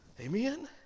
Amen